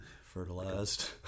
Fertilized